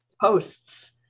posts